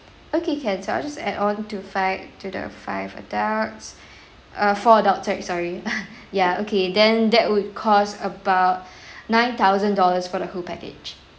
okay can so I'll just add on to five to the five adult uh four adult right sorry ya okay then that would cost about nine thousand dollars for the whole package